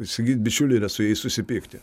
įsigyt bičiulį yra su jais susipykti